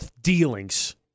dealings